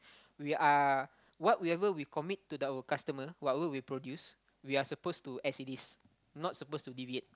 we are whatever we commit to the our customer whatever we produce we are supposed to as it is not supposed to deviate